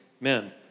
Amen